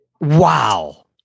Wow